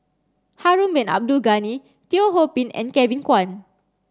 Harun Bin Abdul Ghani Teo Ho Pin and Kevin Kwan